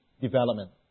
development